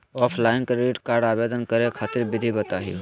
Offline credit card आवेदन करे खातिर विधि बताही हो?